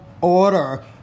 order